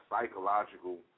psychological